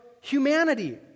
humanity